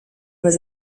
was